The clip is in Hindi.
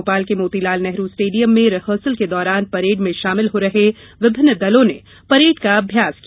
भोपाल के मोतीलाल नेहरू स्टेडियम में रिहर्सल के दौरान परेड में शामिल हो रहे विभिन्न दलों ने परेड का अभ्यास किया